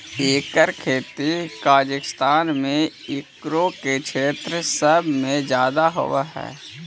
एकर खेती कजाकिस्तान ई सकरो के क्षेत्र सब में जादे होब हई